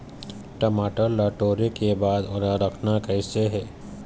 टमाटर ला टोरे के बाद ओला रखना कइसे हे?